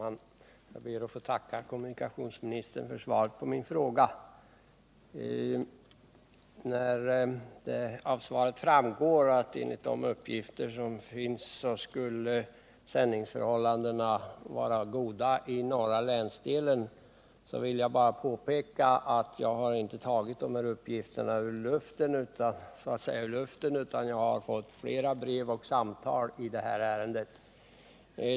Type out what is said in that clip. Herr talman! Jag får tacka kommunikationsministern för svaret på min fråga. Av svaret framgår att enligt de uppgifter som finns skulle sändningsförhållandena vara goda i norra länsdelen. Jag vill då bara påpeka att jag inte tagit mina uppgifter ur luften, utan att jag har fått flera brev och samtal i detta ärende.